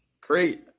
Great